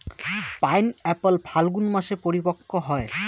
pineapple ফাল্গুন মাসে পরিপক্ব হয়